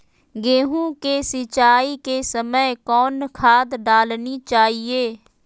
गेंहू के सिंचाई के समय कौन खाद डालनी चाइये?